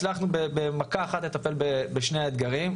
הצלחנו במכה אחת לטפל בשני האתגרים.